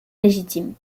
légitime